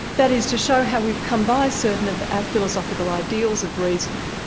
that is, to show how we've come by certain of our philosophical ideals of reason.